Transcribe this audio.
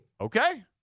Okay